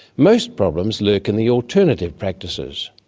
most problems lurk in the alternative practices.